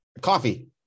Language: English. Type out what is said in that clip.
Coffee